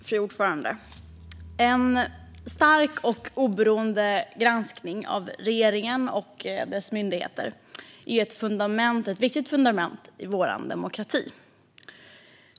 Fru talman! En stark och oberoende granskning av regeringen och dess myndigheter är ett viktigt fundament i vår demokrati.